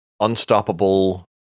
unstoppable